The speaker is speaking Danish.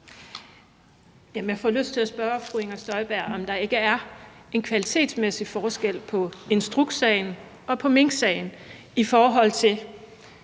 fru Inger Støjberg, om der ikke er en kvalitetsmæssig forskel på instrukssagen og minksagen, i forhold til